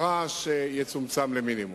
הרעש יצומצם למינימום.